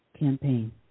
campaign